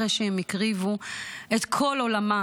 אחרי שהם הקריבו את כל עולמם.